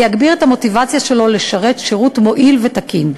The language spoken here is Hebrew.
זה יגביר את המוטיבציה שלו לשרת שירות מועיל ותקין.